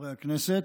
חברי הכנסת,